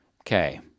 Okay